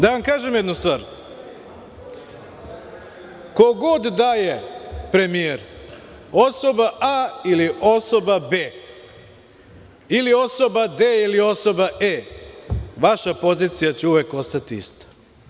Da vam kažem jednu stvar, ko god da je premijer osoba A, ili osoba B, ili osoba D, ili osoba E, vaša pozicija će uvek ostati ista.